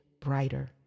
brighter